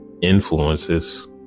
influences